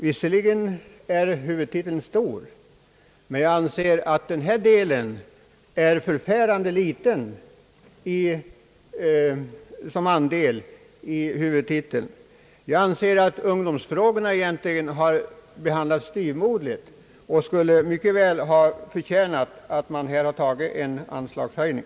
Visserligen är huvudtiteln stor, men jag anser att ungdomsändamålens andel är förfärande liten — ungdomsfrågorna har egentligen behandlats styvmoderligt, och det finns all anledning att här göra en anslagshöjning.